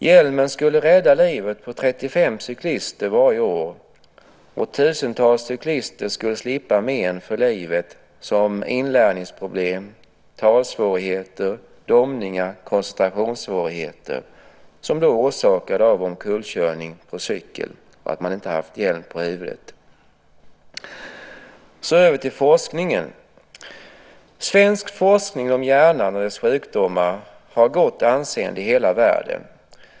Hjälmen skulle rädda livet på 35 cyklister varje år, och tusentals cyklister skulle slippa men för livet i form av inlärningsproblem, talsvårigheter, domningar och koncentrationssvårigheter, allt orsakat av omkullkörning på cykel när cyklisten inte har haft hjälm på huvudet. Så över till forskningen. Svensk forskning om hjärnan och dess sjukdomar har gott anseende i hela världen.